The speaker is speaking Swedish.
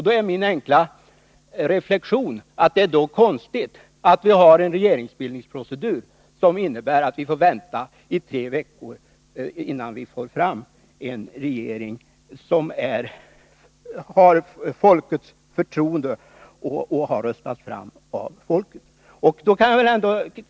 Då är min enkla reflexion att det är konstigt att vi har en regeringsbildningsprocedur, som innebär att vi får vänta i tre veckor innan vi får en regering som har röstats fram av folket och har folkets förtroende.